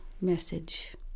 message